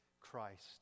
Christ